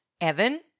Evan